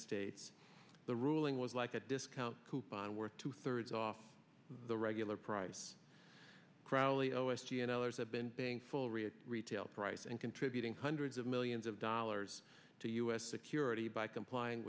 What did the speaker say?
states the ruling was like a discount coupon worth two thirds off the regular price crowley o s c and others have been paying full rate retail price and contributing hundreds of millions of dollars to u s security by complying